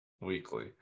Weekly